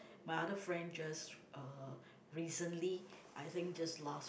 my other friend just uh recently I think just last